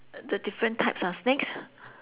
the different types of snakes